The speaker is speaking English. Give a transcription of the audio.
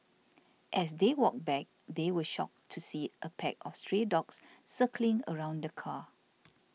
as they walked back they were shocked to see a pack of stray dogs circling around the car